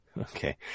Okay